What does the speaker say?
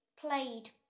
played